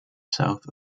south